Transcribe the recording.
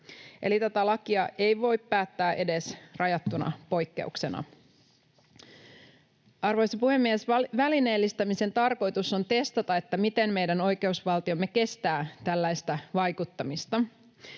Eli tätä lakia ei voi päättää edes rajattuna poikkeuksena. Arvoisa puhemies! Välineellistämisen tarkoitus on testata, miten meidän oikeusvaltiomme kestää tällaista vaikuttamista.